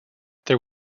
there